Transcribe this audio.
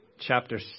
chapter